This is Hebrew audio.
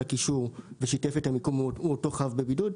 הקישור ושיתף את מיקומו הוא אותו חייב בבידוד.